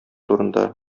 турында